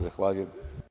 Zahvaljujem.